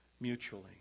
mutually